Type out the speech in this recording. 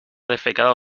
defecado